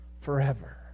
Forever